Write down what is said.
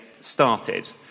started